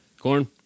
Corn